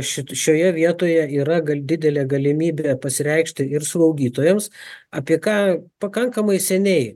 šit šioje vietoje yra gan didelė galimybė pasireikšti ir slaugytojoms apie ką pakankamai seniai